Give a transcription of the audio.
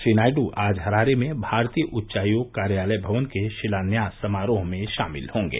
श्री नायडू आज हरारे में भारतीय उच्चायोग कार्यालय भवन के शिलान्यास समारोह में शामिल होंगे